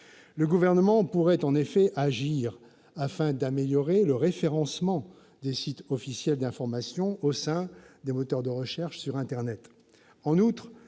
le Gouvernement pourrait agir afin d'améliorer le référencement des sites officiels d'information au sein des moteurs de recherche sur internet.